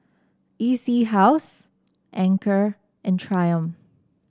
E C House Anchor and Triumph